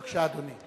בבקשה, אדוני.